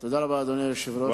תודה, אדוני היושב-ראש.